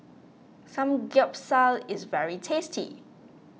Samgeyopsal is very tasty